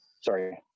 sorry